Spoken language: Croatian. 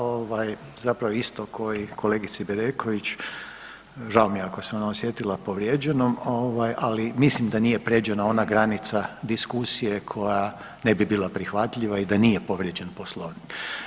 Ovaj, zapravo isto ko i kolegici Bedeković, žao mi je ako se ona osjetila povrijeđenom, ovaj ali mislim da nije prijeđena ona granica diskusije koja ne bi bila prihvatljiva i da nije povrijeđen Poslovnik.